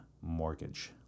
mortgage